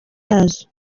yazo